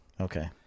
Okay